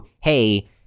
hey